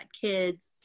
kids